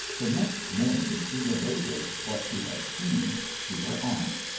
the next morning, she related what she had seen to her aunt,